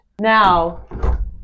now